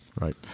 right